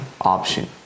option